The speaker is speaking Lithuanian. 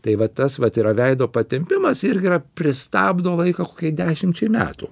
tai vat tas vat yra veido patempimas irgi yra pristabdo laiką kokiai dešimčiai metų